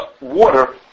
water